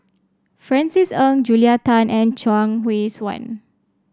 Francis Ng Julia Tan and Chuang Hui Tsuan